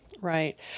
Right